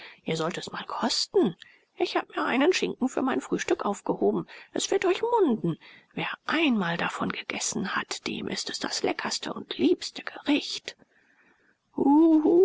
ihr sollt es mal kosten ich habe mir einen schinken für mein frühstück aufgehoben es wird euch munden wer einmal davon gegessen hat dem ist es das leckerste und liebste gericht